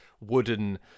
wooden